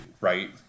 right